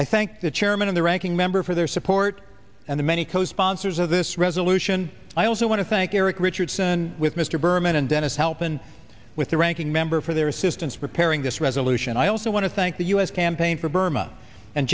i thank the chairman of the ranking member for their support and the many co sponsors of this resolution i also want to thank eric richardson with mr berman and dennis helping with the ranking member for their assistance preparing this resolution and i also want to thank the u s campaign for burma and